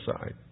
side